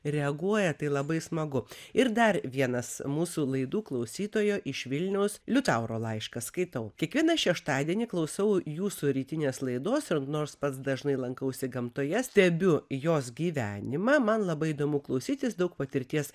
reaguoja tai labai smagu ir dar vienas mūsų laidų klausytojo iš vilniaus liutauro laiškas skaitau kiekvieną šeštadienį klausau jūsų rytinės laidos ir nors pats dažnai lankausi gamtoje stebiu jos gyvenimą man labai įdomu klausytis daug patirties